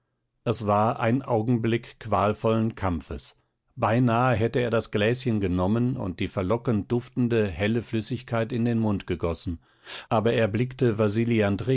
es war ein augenblick qualvollen kampfes beinahe hätte er das gläschen genommen und die verlockend duftende helle flüssigkeit in den mund gegossen aber er blickte wasili